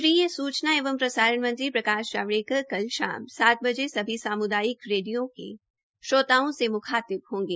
केन्द्रीय सूचना एवं प्रसारण मंत्री प्रकाश जावड़ेकर कल शाम सात बजे सभी सामुदायिक रेडियो के श्रोताओं से मुखातिब होंगे